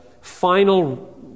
final